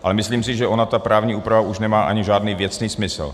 Ale myslím si, že ta právní úprava už nemá ani žádný věcný smysl.